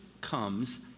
comes